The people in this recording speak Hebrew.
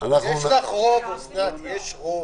אנחנו יכולים לאותת ככה,